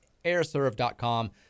airserve.com